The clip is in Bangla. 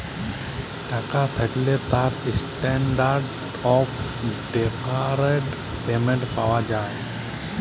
টাকা থ্যাকলে তার ইসট্যানডারড অফ ডেফারড পেমেন্ট পাওয়া যায়